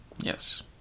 Yes